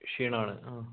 ക്ഷീണമാണ്